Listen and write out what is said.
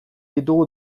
ditugu